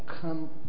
come